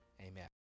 amen